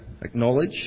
acknowledge